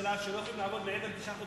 שהם לא יכולים לעבוד מעבר לתשעה חודשים,